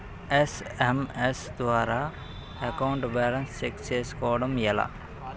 SMS ద్వారా account balance check చేసుకోవటం ఎలా?